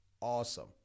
awesome